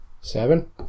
Seven